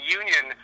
union